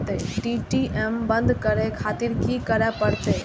ATM बंद करें खातिर की करें परतें?